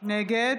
נגד